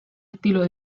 estilo